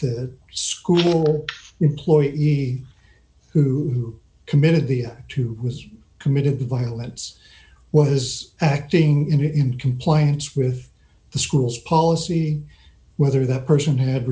school employee who committed the act to was committed to violence was acting in compliance with the school's policy whether that person had